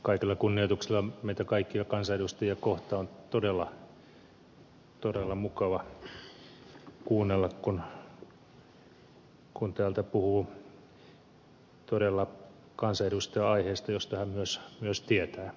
kaikella kunnioituksella meitä kaikkia kansanedustajia kohtaan mutta on todella mukava kuunnella kun täältä puhuu todella kansanedustaja joka myös tietää siitä aiheesta mistä puhuu